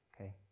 okay